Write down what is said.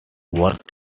worth